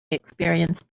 experienced